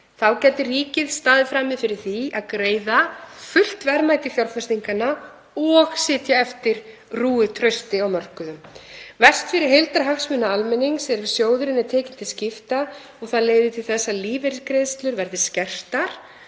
Þá gæti ríkið staðið frammi fyrir því að greiða fullt verðmæti fjárfestinganna og sitja eftir rúið trausti á mörkuðum. Verst fyrir heildarhagsmuni almennings er ef sjóðurinn er tekinn til skipta og það leiðir til þess að lífeyrisgreiðslur verði skertar